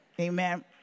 Amen